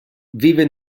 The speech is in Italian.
vive